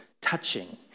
touching